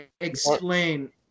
explain